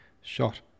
shot